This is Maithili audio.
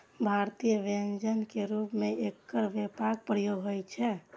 भारतीय व्यंजन के रूप मे एकर व्यापक प्रयोग होइ छै